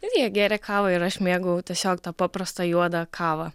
ir jie gėrė kavą ir aš mėgau tiesiog tą paprastą juodą kavą